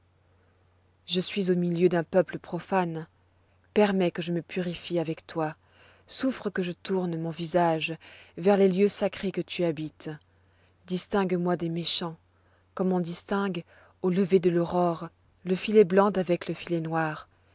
je suis au milieu d'un peuple profane permets que je me purifie avec toi souffre que je tourne mon visage vers les lieux sacrés que tu habites distingue moi des méchants comme on distingue au lever de l'aurore le filet blanc d'avec le filet noir